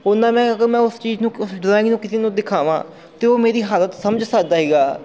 ਉਹਨਾਂ ਮੈਂ ਅਗਰ ਮੈਂ ਉਸ ਚੀਜ਼ ਨੂੰ ਉਸ ਡਰਾਇੰਗ ਨੂੰ ਕਿਸੇ ਨੂੰ ਦਿਖਾਵਾਂ ਤਾਂ ਉਹ ਮੇਰੀ ਹਾਲਤ ਸਮਝ ਸਕਦਾ ਸੀਗਾ